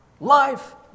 Life